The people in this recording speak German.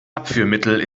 abführmittel